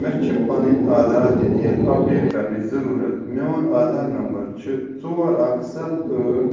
مےٚ چھِ پنٕنۍ آدھار ڈِٹیل اپڈیٹ کرنٕچ ضروٗرت میٛون آدھار نمبر چھُ ژور اکھ ستھ ٲٹھ